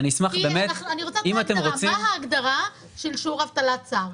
מה ההגדרה של שיעור אבטלה צר,